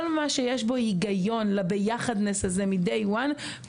כל מה שיש בו היגיון לביחדנ'ס הזה מ-day one,